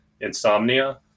insomnia